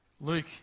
Luke